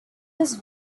his